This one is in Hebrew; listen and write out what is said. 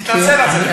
תתנצל על זה.